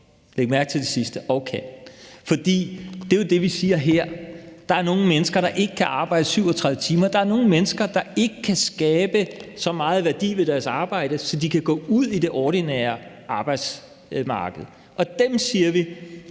læg mærke til det sidste – og kan. For vi siger jo her, at der er nogle mennesker, der ikke kan arbejde 37 timer. Der er nogle mennesker, der ikke kan skabe så meget værdi ved deres arbejde, så de kan gå ud i det ordinære arbejdsmarked. Dem siger vi